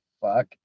fuck